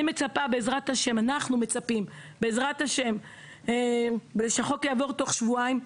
אנחנו מצפים שבעזרת השם החוק יעבור תוך שבועיים,